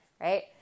right